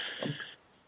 Thanks